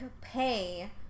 pay